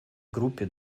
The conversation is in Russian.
группе